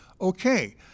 okay